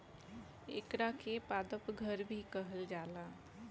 एकरा के पादप घर भी कहल जाला